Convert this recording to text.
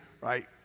right